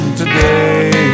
today